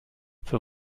für